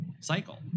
cycle